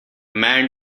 man